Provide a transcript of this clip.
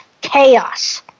chaos